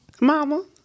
Mama